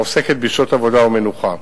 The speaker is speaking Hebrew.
העוסקת בשעות עבודה ומנוחה.